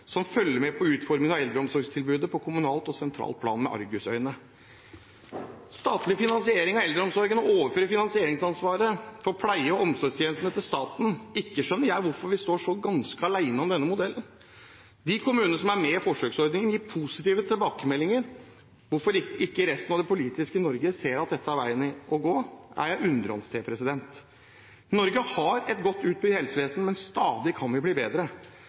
som følger med på utformingen av eldreomsorgstilbudet på kommunalt og sentralt plan, og som ser på det med argusøyne. Statlig finansiering av eldreomsorgen, å overføre finansieringsansvaret for pleie- og omsorgstjenestene til staten – ikke skjønner jeg hvorfor vi står ganske alene om denne modellen. De kommunene som er med i forsøksordningen, gir positive tilbakemeldinger. Hvorfor ikke resten av det politiske Norge ser at dette er veien å gå, stiller jeg meg undrende til. Norge har et godt utbygd helsevesen, men stadig kan vi bli bedre.